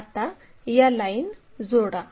आता या लाईन जोडा